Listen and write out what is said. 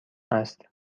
است